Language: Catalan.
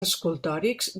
escultòrics